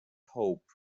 hope